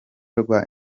rwa